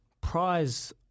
prize